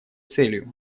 целью